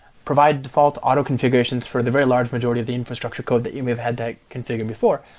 provide default auto-configurations for the very large majority of the infrastructure code that you may have had to configure before.